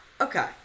okay